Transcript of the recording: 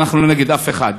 ואנחנו לא נגד אף אחד,